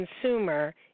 consumer